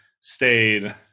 stayed